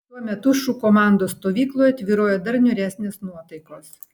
tuo metu šu komandos stovykloje tvyrojo dar niūresnės nuotaikos